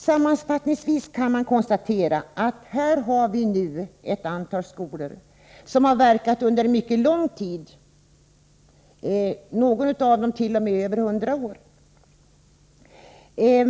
Sammanfattningsvis kan man konstatera att vi nu har ett antal skolor som har verkat under mycket lång tid, några av dem t.o.m. i över hundra år.